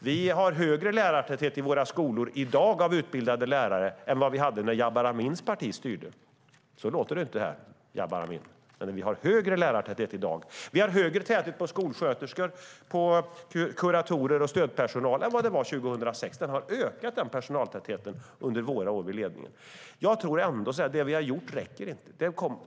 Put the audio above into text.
Vi har högre lärartäthet av utbildade lärare i dag än vi hade när Jabar Amins parti var med och styrde. Så låter det inte här, Jabar Amin. Vi har högre täthet av skolsköterskor, kuratorer och stödpersonal än vad det var 2006. denna personaltäthet har ökat under våra år i ledningen. Det vi har gjort räcker dock inte.